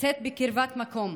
נמצאת בקרבת מקום,